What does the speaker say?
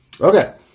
Okay